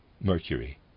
Mercury